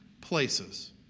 places